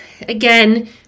Again